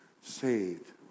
saved